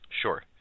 Sure